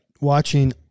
watching